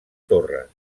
torres